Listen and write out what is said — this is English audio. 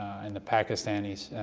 and the pakistanis,